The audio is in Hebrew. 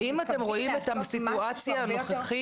האם אתם רואים את הסיטואציה הנוכחית,